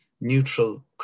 neutral